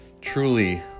truly